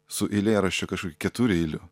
su eilėraščio kažkokiu ketureiliu